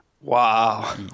Wow